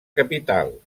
capital